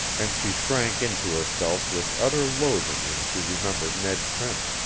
and she shrank into herself with utter loathing when she remembered ned trent.